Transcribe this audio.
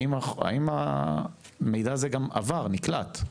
האם המידע הזה גם עבר, נקלט?